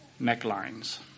necklines